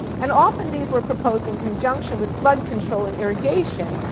and often these were proposed in conjunction with flood control and irrigation,